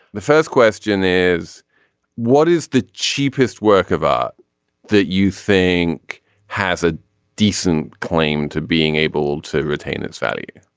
the first question is what is the cheapest work of art that you think has a decent claim to being able to retain its value